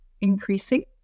increasing